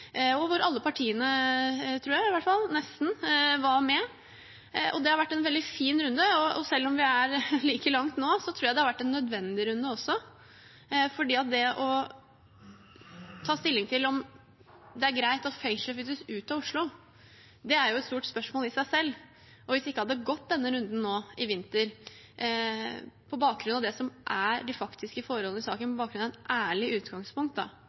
hvor jeg tror alle partiene, i hvert fall nesten, var med. Det har vært en veldig fin runde, og selv om vi er like langt nå, tror jeg det har vært en nødvendig runde. Det å ta stilling til om det er greit at fengselet flyttes ut av Oslo, er et stort spørsmål i seg selv. Hvis vi ikke hadde gått denne runden nå i vinter – på bakgrunn av det som er de faktiske forholdene i saken, på bakgrunn av et ærlig utgangspunkt